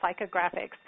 psychographics